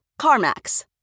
CarMax